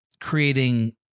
creating